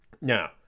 Now